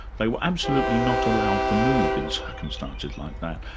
they were absolutely not allowed to move in circumstances like that,